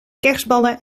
kerstballen